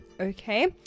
Okay